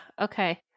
okay